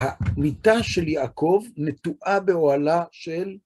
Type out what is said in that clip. המיטה של יעקב נטועה באוהלה של